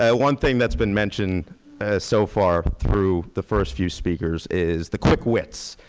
ah one thing that's been mentioned so far through the first few speakers is the quick wits.